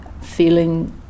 feeling